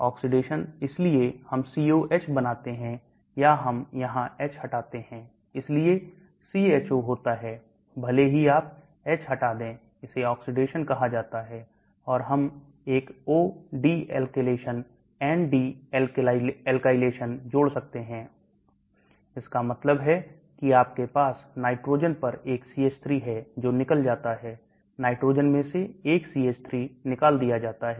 Oxidation इसलिए हम COH बनाते हैं या हम यहां H हटाते हैं इसलिए CHO होता है भले ही आप H हटा दें इसे oxidation कहा जाता है और हम एक O de alkylation N de alkylation जोड़ सकते हैं इसका मतलब है कि आपके पास नाइट्रोजन पर एक CH3 है जो निकल जाता है नाइट्रोजन में से 1 CH3 निकाल दिया जाता है